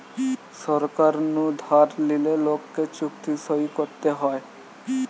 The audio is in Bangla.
সরকার নু ধার লিলে লোককে চুক্তি সই করতে হয়